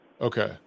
Okay